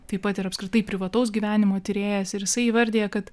taip pat ir apskritai privataus gyvenimo tyrėjas ir jisai įvardija kad